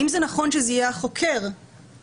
האם זה נכון שזה יהיה החוקר שישאל?